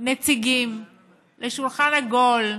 נציגים לשולחן עגול.